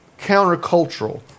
countercultural